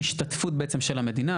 והשתתפות בעצם של המדינה,